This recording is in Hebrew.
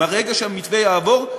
מרגע שהמתווה יעבור,